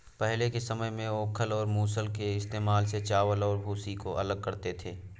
पहले के समय में ओखल और मूसल के इस्तेमाल से चावल और भूसी को अलग करते थे